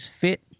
fit